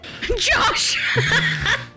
Josh